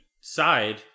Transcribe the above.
side